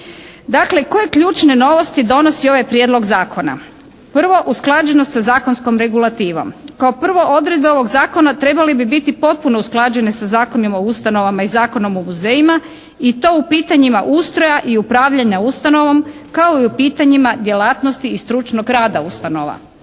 Dakle koje ključne novosti donosi ovaj prijedlog zakona? Prvo usklađenost sa zakonskom regulativom. Kao prvo odredbe ovog zakona trebale bi biti potpuno usklađene sa Zakonom o ustanovama i Zakonom o muzejima i to u pitanjima ustroja i upravljanja ustanovom kao i o pitanjima djelatnosti i stručnog rada ustanova.